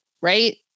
Right